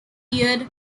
year